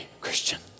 Christian